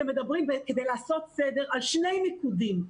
כדי לעשות סדר אתם מדברים על שני מיקודים,